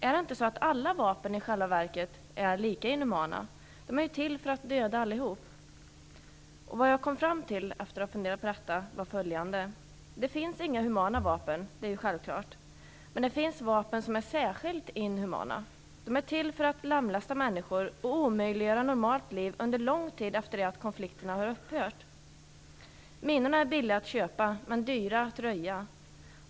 Är det inte så att alla vapen i själva verket är lika inhumana - de är ju till för att döda allihop? Vad jag kom fram till efter att ha funderat på detta var följande: Det finns inga humana vapen. Det är självklart. Men det finns vapen som är särskilt inhumana. De är till för att lemlästa människor och omöjliggöra normalt liv under lång tid efter det att konflikterna har upphört. Minorna är billiga att köpa, men dyra att röja.